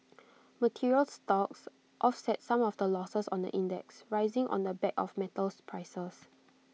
materials stocks offset some of the losses on the index rising on the back of metals prices